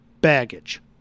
baggage